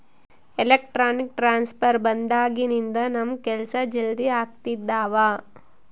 electronic transfer ಬಂದಾಗಿನಿಂದ ನಮ್ ಕೆಲ್ಸ ಜಲ್ದಿ ಆಗ್ತಿದವ